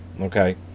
okay